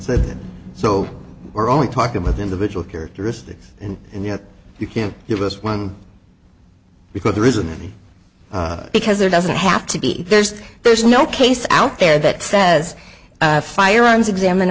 that so we're only talking with individual characteristics and you know you can't give us one because there isn't any because there doesn't have to be there's there's no case out there that says a firearms examine